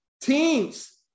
Teams